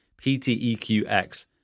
PTEQX